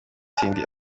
cindy